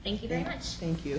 thank you very much thank you